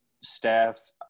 staff